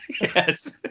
Yes